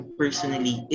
personally